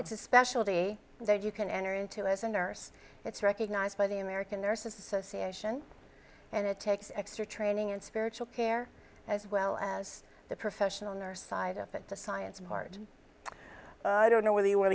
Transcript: it's a specialty there you can enter into as a nurse it's recognized by the american nurses association and it takes extra training and spiritual care as well as the professional nurse side of it the science of hard i don't know whether you want